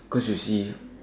cause you see